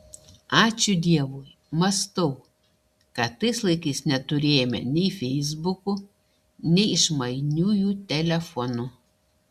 ačiū dievui mąstau kad tais laikais neturėjome nei feisbukų nei išmaniųjų telefonų